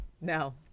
No